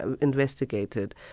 investigated